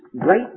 great